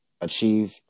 achieve